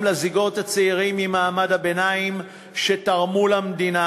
לזוגות הצעירים ממעמד הביניים שתרמו למדינה.